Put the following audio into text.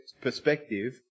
perspective